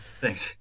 Thanks